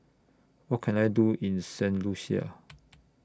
What Can I Do in Saint Lucia